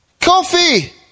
Coffee